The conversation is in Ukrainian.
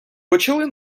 почала